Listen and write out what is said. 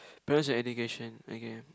parents and education okay